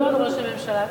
כבוד ראש הממשלה,